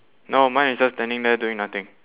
no mine is just standing there doing nothing